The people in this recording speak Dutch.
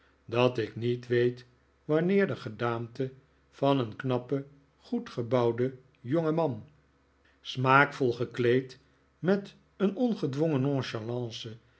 dat ik niet weet wanneer de gedaante van een knappen goedgebouwden jongeman smaakvolgekleed met een ongedwongen nonchalance